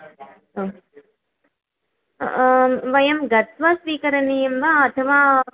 हो वयं गत्वा स्वीकरणीयं वा अथवा